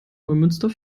neumünster